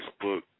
Facebook